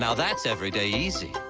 um that's everyday easy.